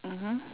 mmhmm